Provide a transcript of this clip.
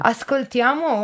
Ascoltiamo